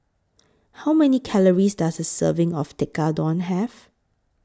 How Many Calories Does A Serving of Tekkadon Have